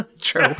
True